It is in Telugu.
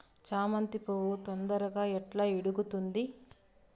చామంతి పువ్వు తొందరగా ఎట్లా ఇడుగుతుంది?